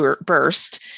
burst